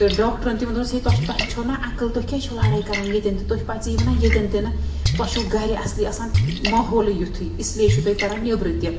تہٕ ڈاکٹرَن تہِ ووٚن دوٚپنَس ہے تۄہہِ تۄہہِ چھو نہ عقل تُہۍ کیٛازِ چھُو لڑٲے کَران ییٚتٮ۪ن تہِ تُہۍ پَژییِو نہ ییٚتٮ۪ن تِنہٕ تۄہہِ چھُو گرے اَصلی آسان ماحولٕے یُتھُے اِسلیے چھُو تُہۍ کَران نیٚبرٕ تہِ